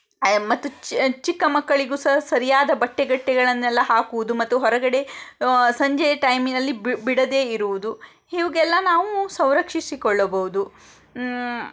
ಮತ್ತು ಚ್ ಚಿಕ್ಕ ಮಕ್ಕಳಿಗೂ ಸಹ ಸರಿಯಾದ ಬಟ್ಟೆಗಿಟ್ಟೆಗಳನ್ನೆಲ್ಲ ಹಾಕುವುದು ಮತ್ತು ಹೊರಗಡೆ ಸಂಜೆಯ ಟೈಮಿನಲ್ಲಿ ಬಿಡದೇ ಇರುವುದು ಹೀಗೆಲ್ಲ ನಾವು ಸೌರಕ್ಷಿಸಿಕೊಳ್ಳುವುದು